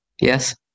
Yes